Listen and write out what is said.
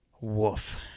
Woof